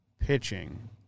Pitching